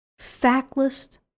factless